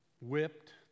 whipped